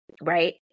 right